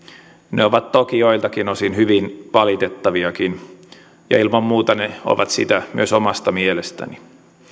ne ovat toki joiltakin osin hyvin valitettaviakin ja ilman muuta ne ovat sitä myös omasta mielestäni